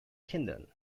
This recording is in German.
kindern